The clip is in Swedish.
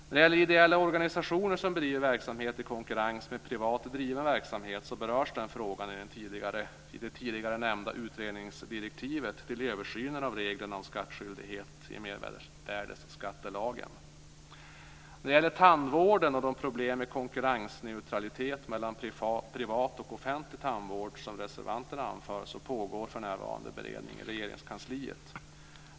Frågan om ideella organisationer som bedriver verksamhet i konkurrens med privat driven verksamhet berörs i det tidigare nämnda utredningsdirektivet om översyn av regler av skattskyldighet i mervärdesskattelagen. När det gäller tandvården och de problem med konkurrensneutralitet mellan privat och offentlig tandvård som reservanterna anför pågår för närvarande beredning i Regeringskansliet.